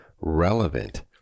relevant